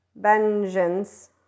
vengeance